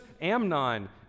Amnon